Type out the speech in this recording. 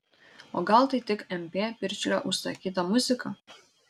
o gal tai tik mp piršlio užsakyta muzika